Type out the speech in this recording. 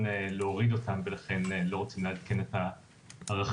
להוריד אותם ולכן לא רוצים לעדכן את הערכים.